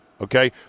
okay